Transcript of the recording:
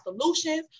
solutions